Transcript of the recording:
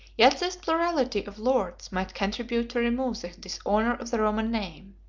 yet this plurality of lords might contribute to remove the dishonor of the roman name.